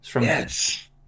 Yes